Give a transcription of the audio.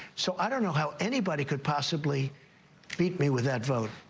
so, i don't know how anybody could possibly beat me with that vote.